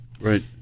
Right